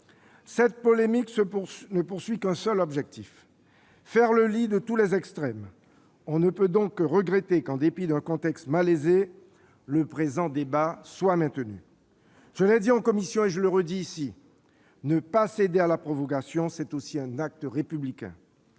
Cette polémique ne vise qu'un seul objectif : faire le lit de tous les extrêmes. On ne peut donc que regretter que, en dépit d'un contexte malaisé, le présent débat soit maintenu. Je l'ai dit en commission et le redis ici : ne pas céder à la provocation est aussi un acte républicain